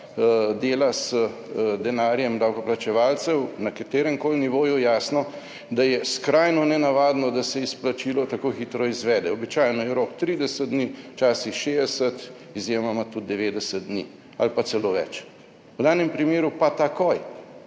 dela z denarjem davkoplačevalcev na kateremkoli nivoju, jasno, da je skrajno nenavadno, da se izplačilo tako hitro izvede. Običajno je rok 30 dni, včasih 60, izjemoma tudi 90 dni ali pa celo več, v danem primeru pa takoj.